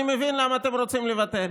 אני מבין למה אתם רוצים לבטל,